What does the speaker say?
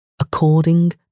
according